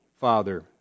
father